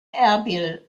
erbil